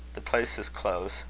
the place is close,